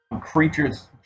creatures